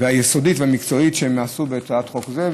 היסודית והמקצועית שהם עשו בהצעת חוק זו.